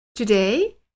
Today